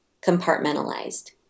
compartmentalized